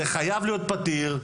זה חייב להיות פתיר.